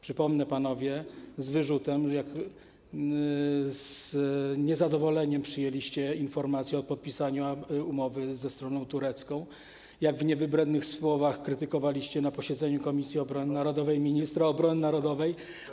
Przypomnę, panowie, z wyrzutem, jak z niezadowoleniem przyjęliście informację o podpisaniu umowy ze stroną turecką, jak w niewybrednych słowach krytykowaliście na posiedzeniu Komisji Obrony Narodowej ministra obrony narodowej.